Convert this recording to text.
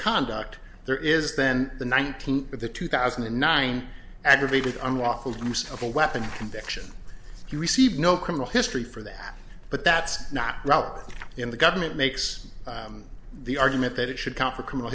conduct there is then the nineteenth of the two thousand and nine aggravated unlawful use of a weapon conviction he received no criminal history for that but that's not relevant in the government makes the argument that it should count for criminal